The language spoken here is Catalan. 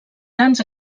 grans